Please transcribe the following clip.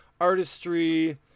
artistry